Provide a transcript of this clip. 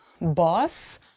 boss